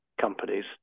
companies